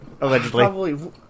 Allegedly